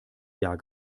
jahr